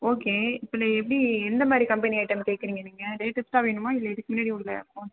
okay இதில் எப்படி எந்த மாதிரி கம்பெனி ஐட்டம் கேட்குறீங்க நீங்கள் லேட்டஸ்ட்டாக வேணுமா இல்லை இதுக்கு முன்னாடி உள்ள ஃபோன்